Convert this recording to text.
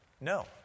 No